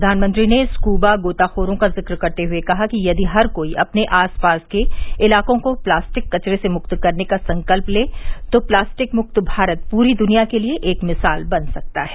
प्रधानमंत्री ने स्कूबा गोताखोरों का जिक्र करते हुए कहा कि यदि हर कोई अपने आस पास के इलाकों को प्लास्टिक कचरे से मुक्त करने का संकल्प ले तो प्लास्टिक मुक्त भारत पूरी दुनिया के लिए एक मिसाल बन सकता है